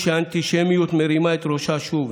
כשהאנטישמיות מרימה את ראשה שוב,